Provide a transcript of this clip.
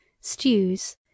stews